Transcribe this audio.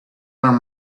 learn